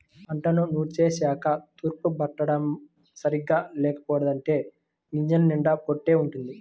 పంటను నూర్చేశాక తూర్పారబట్టడం సరిగ్గా చెయ్యలేదంటే గింజల నిండా పొట్టే వుంటది